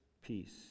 peace